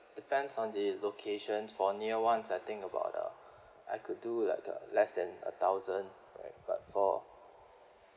depends on the location for near ones I think about uh I could do like uh less than a thousand right but for